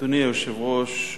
אדוני היושב-ראש,